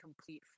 complete